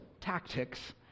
tactics